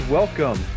Welcome